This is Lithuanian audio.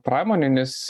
pramonė nes